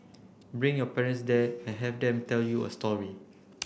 bring your parents there and have them tell you a story